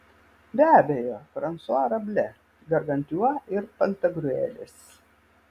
be abejo fransua rablė gargantiua ir pantagriuelis